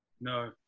No